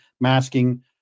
masking